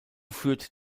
führt